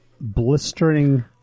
blistering